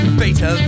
beta